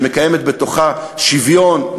שמקיימת בתוכה שוויון,